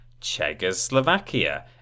Czechoslovakia